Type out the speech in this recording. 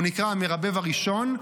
הוא נקרא המרבב הראשון,